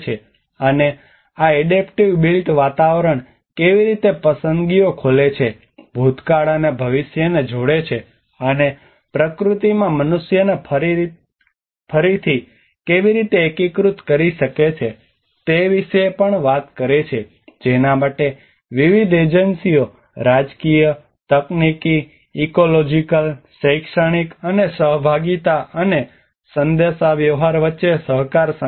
અને આ adaptive built વાતાવરણ કેવી રીતે પસંદગીઓ ખોલે છે ભૂતકાળ અને ભવિષ્યને જોડે છે અને પ્રકૃતિમાં મનુષ્યને ફરીથી કેવી રીતે એકીકૃત કરી શકે છે તે વિશે પણ વાત કરે છે જેના માટે વિવિધ એજન્સીઓ રાજકીય તકનીકી ઇકોલોજીકલ શૈક્ષણિક અને સહભાગિતા અને સંદેશાવ્યવહાર વચ્ચે સહકાર સંકલન છે